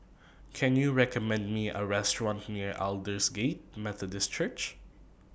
Can YOU recommend Me A Restaurant near Aldersgate Methodist Church